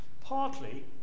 partly